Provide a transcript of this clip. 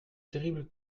terrible